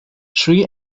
sri